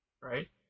right